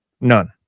none